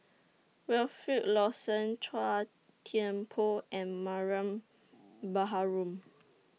Wilfed Lawson Chua Thian Poh and Mariam Baharom